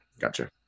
Gotcha